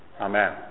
amen